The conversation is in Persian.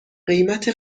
قیمت